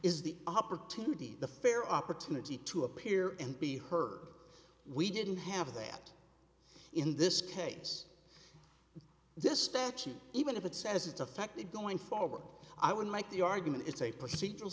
is the opportunity the fair opportunity to appear and be heard we didn't have that in this case this statute even if it says it affected going forward i would make the argument it's a procedural